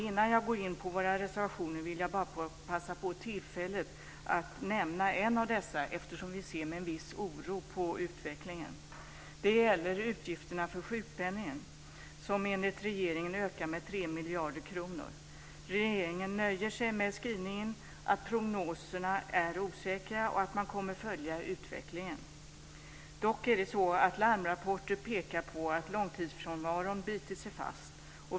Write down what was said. Innan jag går in på våra reservationer vill jag passa på tillfället att nämna en av dessa, eftersom vi ser med viss oro på utvecklingen. Det gäller utgifterna för sjukpenningen, som enligt regeringen ökar med 3 miljarder kronor. Regeringen nöjer sig med skrivningen att prognoserna är osäkra och att man kommer att följa utvecklingen. Dock är det så att larmrapporter pekar på att långtidsfrånvaron bitit sig fast.